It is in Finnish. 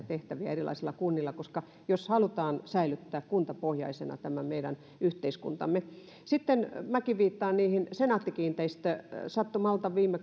tehtäviä erilaisilla kunnilla jos halutaan säilyttää kuntapohjaisena tämä meidän yhteiskuntamme sitten minäkin viittaan senaatti kiinteistöihin sattumalta viime